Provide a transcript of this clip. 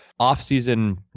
offseason